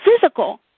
physical